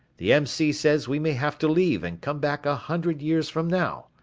the m c. says we may have to leave and come back a hundred years from now.